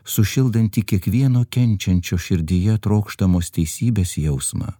sušildanti kiekvieno kenčiančio širdyje trokštamos teisybės jausmą